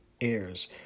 heirs